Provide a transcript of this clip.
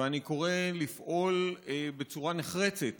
ואני קורא לפעול בצורה נחרצת